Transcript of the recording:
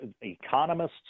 Economists